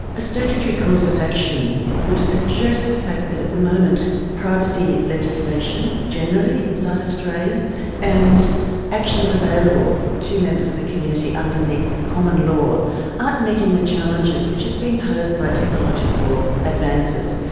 a statutory cause of action would address the fact that at the moment privacy legislation generally inside australia and actions available to members of the community underneath common law aren't meeting the challenges which have been posed by technological advances.